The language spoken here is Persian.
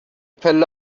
پله